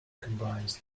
combines